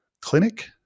clinic